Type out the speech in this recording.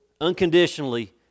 unconditionally